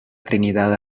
trinidad